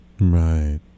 Right